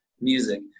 music